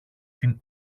την